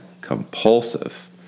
compulsive